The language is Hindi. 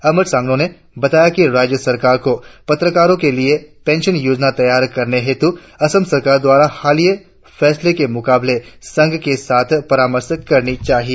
अमर सागंनो ने बताया कि राज्य सरकार को पत्रकारो के लिए पेंशन योजना तैयार करने हेतु असम सरकार द्वारा हालिया फैसले के मुताबिक संघ के साथ परामर्श करने की आवश्यकता है